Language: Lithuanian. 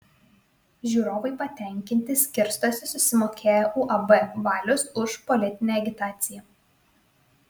žiūrovai patenkinti skirstosi susimokėję uab valius už politinę agitaciją